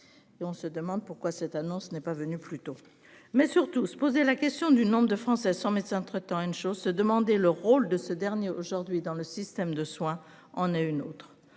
et on se demande pourquoi cette annonce n'est pas venu plus tôt mais surtout se poser la question du nombre de France à son médecin traitant une chose se demander le rôle de ce dernier, aujourd'hui dans le système de soins en est une autre.